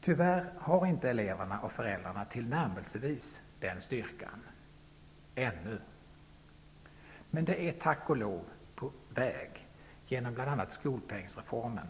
Tyvärr har eleverna och föräldrarna inte tillnärmelsevis den styrkan ännu. Tack och lov är den på väg genom bl.a. skolpengsreformen